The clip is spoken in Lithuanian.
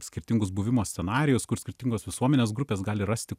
skirtingus buvimo scenarijus kur skirtingos visuomenės grupės gali rasti